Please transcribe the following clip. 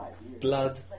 blood